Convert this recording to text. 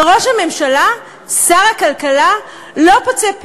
וראש הממשלה, שר הכלכלה, לא פוצה פה.